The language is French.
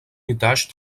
étage